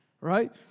right